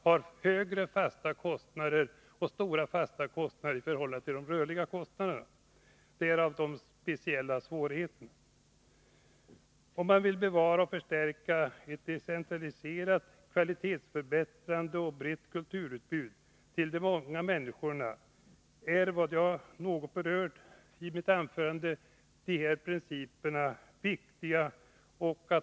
Deras fasta kostnader är ofta stora i förhållande till de rörliga kostnaderna. Därav de speciella svårigheterna. Om man vill bevara och förstärka ett decentraliserat, kvalitetsförbättrat och brett kulturutbud till de många människorna, är det som jag nu något berört i mitt anförande viktiga principer.